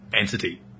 entity